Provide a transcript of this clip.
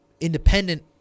independent